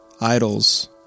idols